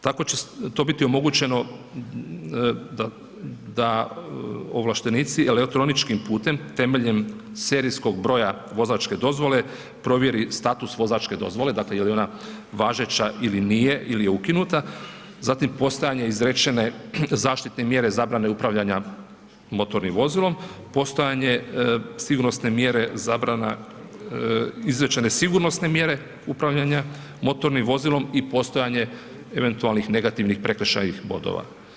Tako će to biti omogućeno da ovlaštenici elektroničkim putem temeljem serijskog broja vozačke dozvole provjeri status vozačke dozvole, dakle je li ona važeća ili nije ili je ukinuta, zatim postojanje izrečene zaštitne mjere zabrane upravljanja motornim vozilom, postojanje sigurnosne mjere zabrana, izrečene sigurnosne mjere upravljanja motornim vozilom i postojanje eventualnih negativnih prekršajnih bodova.